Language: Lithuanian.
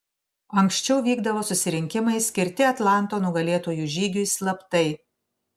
anksčiau vykdavo susirinkimai skirti atlanto nugalėtojų žygiui slaptai